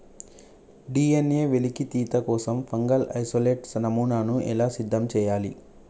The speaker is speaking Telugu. డి.ఎన్.ఎ వెలికితీత కోసం ఫంగల్ ఇసోలేట్ నమూనాను ఎలా సిద్ధం చెయ్యాలి?